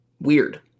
weird